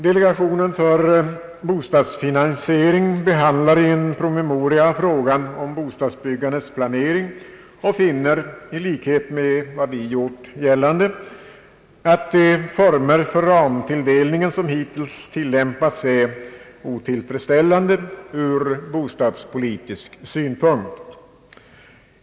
Delegationen för bostadsfinansiering behandlar i en promemoria frågan om bostadsbyggandets planering och finner i likhet med vad vi gjort gällande att de former som hittills tillämpats är otillfredsställande ur politisk synpunkt.